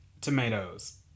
tomatoes